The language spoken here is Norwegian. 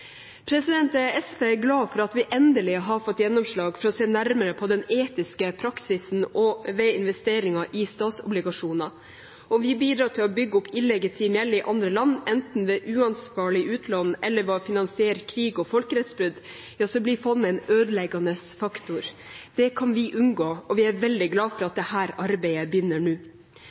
SV er glad for at vi endelig har fått gjennomslag for å se nærmere på den etiske praksisen ved investeringer i statsobligasjoner. Ved å bidra til å bygge opp illegitim gjeld i andre land, enten ved uansvarlig utlån eller ved å finansiere krig og folkerettsbrudd, blir fondet en ødeleggende faktor. Det kan vi unngå, og jeg er veldig glad for at dette arbeidet begynner nå.